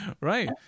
right